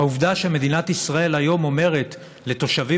העובדה שמדינת ישראל היום אומרת לתושבים